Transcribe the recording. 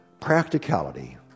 practicality